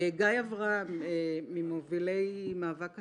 גיא אברהם ממובילי מאבק הסיירת,